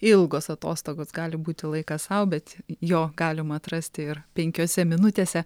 ilgos atostogos gali būti laikas sau bet jo galima atrasti ir penkiose minutėse